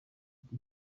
ati